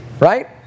right